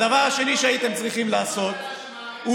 הדבר השני שהייתם צריכים לעשות הוא